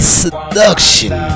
seduction